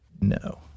No